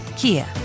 Kia